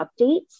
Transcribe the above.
updates